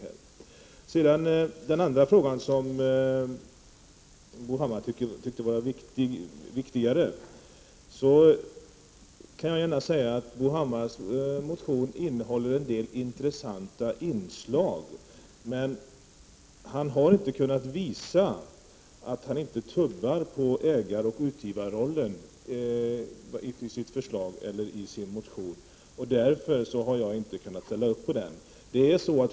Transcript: När det gäller den andra frågan, som Bo Hammar ansåg vara viktigare, kan jag gärna säga att Bo Hammars motion innehåller en del intressanta inslag. Men han har inte kunnat visa att han inte tummar på ägaroch utgivarrollen i sitt förslag, och därför har jag inte kunnat ställa upp på motionen.